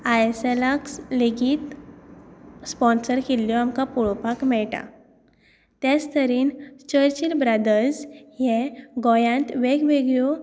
I एस एलाक लेगीत सेपॉन्सर केल्ल्यो आमकां पळोवपाक मेळटा त्याच तरेन चर्चील ब्रदर्स हे गोंयांत वेग वेगळ्यो